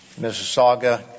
Mississauga